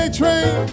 train